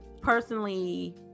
personally